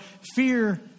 fear